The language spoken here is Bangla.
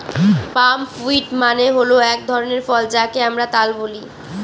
পাম ফ্রুইট মানে হল এক ধরনের ফল যাকে আমরা তাল বলি